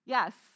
Yes